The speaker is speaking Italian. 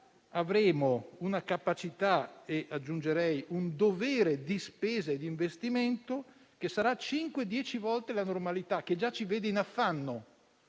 avremo una capacità - e aggiungerei un dovere - di spesa e di investimento che sarà cinque-dieci volte la normalità, che già ci vede in affanno.